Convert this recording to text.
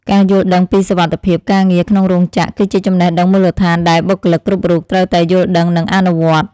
ការយល់ដឹងពីសុវត្ថិភាពការងារក្នុងរោងចក្រ គឺជាចំណេះដឹងមូលដ្ឋានដែលបុគ្គលិកគ្រប់រូបត្រូវតែយល់ដឹងនិងអនុវត្ត។